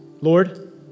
Lord